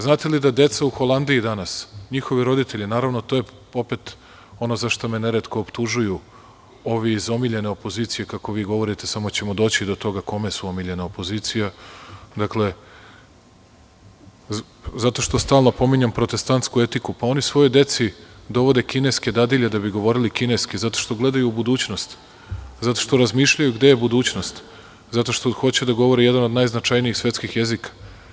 Znate li da deca u Holandiji danas, njihovi roditelji, to je ono za šta me neretko optužuju ovi iz „omiljene opozicije“, kako vi govorite, samo ćemo doći do toga kome smo omiljena opozicija, zato što stalno spominjem protestantsku etiku, oni svojoj deci dovode kineske dadilje, da bi govorili kineski, zato što gledaju u budućnost, zato što razmišljaju gde je budućnost, zato što hoće da govore jedan od najznačajnijih svetskih jezika.